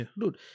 Dude